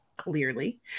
Clearly